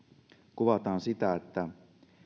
kuvataan sitä että